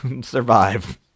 Survive